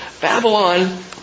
Babylon